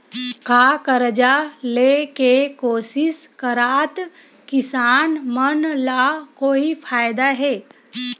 का कर्जा ले के कोशिश करात किसान मन ला कोई फायदा हे?